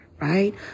right